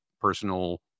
personal